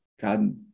God